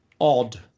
odd